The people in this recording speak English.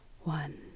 one